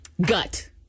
gut